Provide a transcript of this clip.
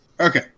Okay